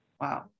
Wow